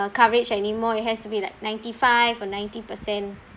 coverage anymore it has to be like ninety five or ninety percent